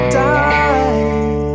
die